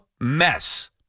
mess